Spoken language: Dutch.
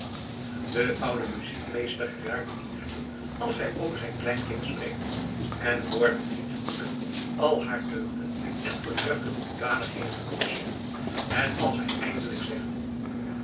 de oude muziekmeester geraakt in vuur als hij over zijn kleinkind spreekt en wordt niet moede al haar deugden en voortreffelijke hoedanigheden op te sommen en als hij eindelijk zegt